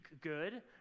good